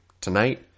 tonight